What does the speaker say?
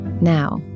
Now